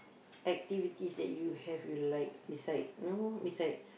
activities that you have you like beside you know beside